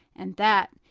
and that,